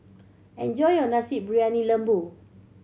enjoy your Nasi Briyani Lembu